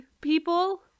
people